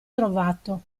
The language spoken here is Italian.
trovato